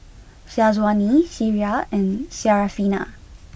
Syazwani Syirah and Syarafina